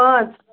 پانٛژھ